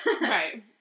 right